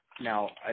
Now